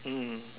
mm